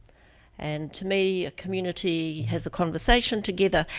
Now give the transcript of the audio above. and to me, a community has a conversation together,